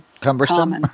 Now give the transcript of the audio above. cumbersome